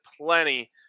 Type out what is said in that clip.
plenty